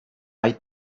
hay